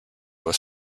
was